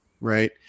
right